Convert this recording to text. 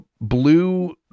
blue